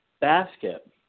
basket